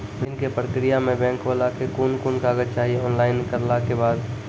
ऋण के प्रक्रिया मे बैंक वाला के कुन कुन कागज चाही, ऑनलाइन करला के बाद?